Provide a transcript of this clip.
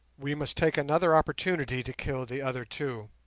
we must take another opportunity to kill the other two.